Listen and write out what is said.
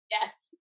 Yes